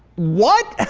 what